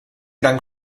dank